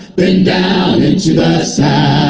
been down into the south.